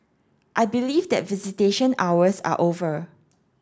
I believe that visitation hours are over